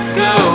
go